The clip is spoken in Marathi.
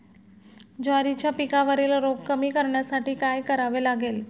ज्वारीच्या पिकावरील रोग कमी करण्यासाठी काय करावे लागेल?